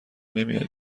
نمیاد